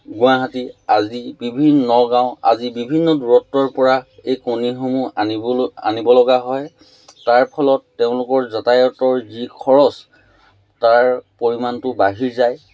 গুৱাহাটী আজি বিভিন্ন নগাঁও আজি বিভিন্ন দূৰত্বৰ পৰা এই কণীসমূহ আনিবলৈ আনিবলগীয়া হয় তাৰ ফলত তেওঁলোকৰ যাতায়তৰ যি খৰচ তাৰ পৰিমাণটো বাঢ়ি যায়